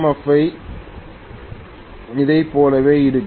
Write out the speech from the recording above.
F இதைப் போலவே இருக்கும்